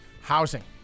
housing